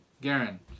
Garen